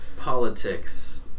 Politics